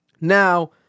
Now